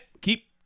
keep